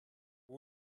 могу